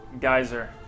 Geyser